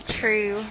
true